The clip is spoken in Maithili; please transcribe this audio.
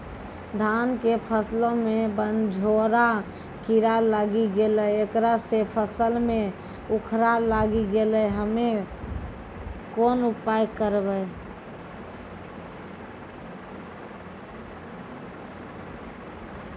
धान के फसलो मे बनझोरा कीड़ा लागी गैलै ऐकरा से फसल मे उखरा लागी गैलै हम्मे कोन उपाय करबै?